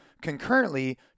concurrently